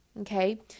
Okay